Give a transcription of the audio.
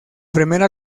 primera